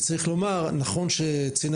צריך לומר נכון שצינה